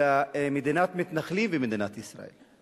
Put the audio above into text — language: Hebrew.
אלא מדינת מתנחלים ומדינת ישראל.